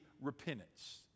repentance